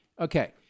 okay